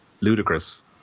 ludicrous